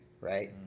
right